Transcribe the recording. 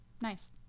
Nice